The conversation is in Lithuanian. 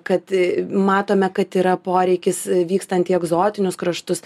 kad matome kad yra poreikis vykstant į egzotinius kraštus